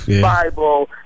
Bible